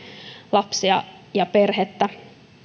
lapsia ja perhettä